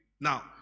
Now